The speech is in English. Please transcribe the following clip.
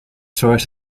source